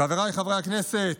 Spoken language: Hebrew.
חבריי חברי הכנסת,